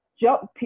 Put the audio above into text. jump